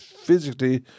Physically